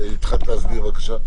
התחלת להסביר את הבעיה שלכם.